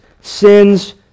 sin's